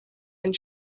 and